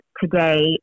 Today